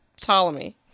Ptolemy